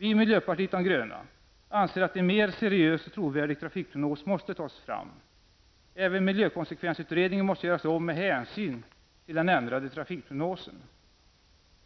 Vi i miljöpartiet de gröna anser att en mer seriös och trovärdig trafikprognos måste tas fram. Även miljökonsekvensutredningen måste göras om med hänsyn till den ändrade trafikprognosen.